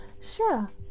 sure